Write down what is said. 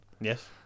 Yes